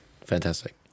fantastic